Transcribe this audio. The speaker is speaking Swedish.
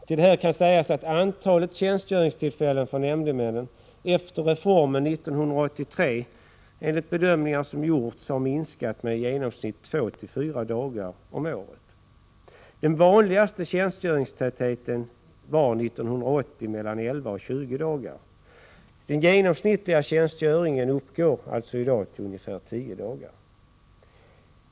Till detta kan sägas att antalet tjänstgöringstillfällen för nämndemännen efter reformen 1983, enligt bedömningar som gjorts, har minskat med i genomsnitt 2-4 dagar om året. År 1980 var den vanligaste tjänstgöringstätheten 11-20 dagar. Den genomsnittliga tjänstgöringen är alltså i dag ca 10 dagar.